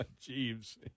Jeeves